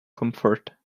comfort